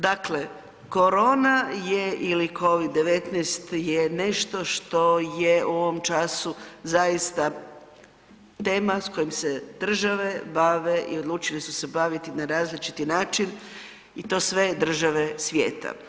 Dakle korona ili COVID-19 je nešto što je u ovom času zaista tema s kojom se država bave i odlučile su se baviti na različiti način i to sve države svijeta.